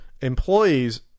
employees